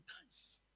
times